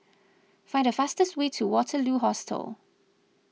find the fastest way to Waterloo Hostel